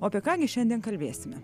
o apie ką gi šiandien kalbėsime